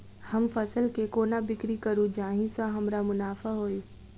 हम फसल केँ कोना बिक्री करू जाहि सँ हमरा मुनाफा होइ?